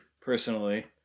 personally